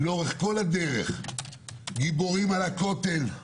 לאורך כל הדרך אתם גיבורים על הכותל,